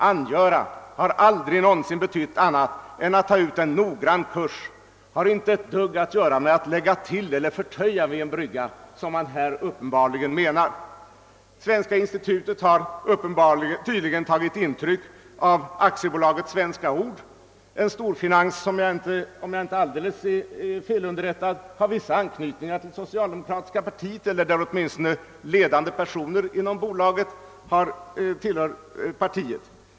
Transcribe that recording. >Angöra» har aldrig någonsin betytt någonting annat än att ta ut en noggrann kurs och har inte ett dugg att göra med att lägga till eller förtöja vid en brygga, som man här uppenbarligen menar. Svenska institutet har tydligen tagit intryck av AB Svenska ord, en storfinans som, om jag inte är alldeles felunderrättad, har vissa anknytningar till det socialdemokratiska partiet, åtminstone på så sätt att ledande personer inom bolaget tillhör partiet.